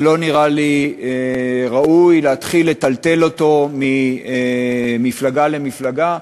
ולא נראה לי ראוי להתחיל לטלטל אותו ממפלגה למפלגה.